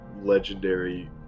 legendary